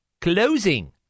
closing